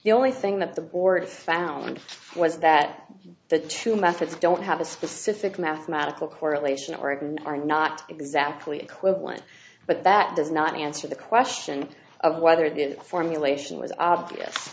the only thing that the board found was that the two methods don't have a specific mathematical correlation aurukun are not exactly equivalent but that does not answer the question of whether the formulation was obvious